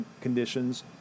conditions